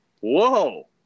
Whoa